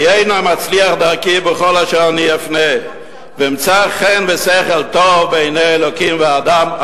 היה נא מצליח דרכי בכל אשר אפנה ואמצא חן ושכל טוב בעיני אלוקים ואדם.